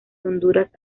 honduras